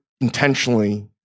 intentionally